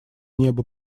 неба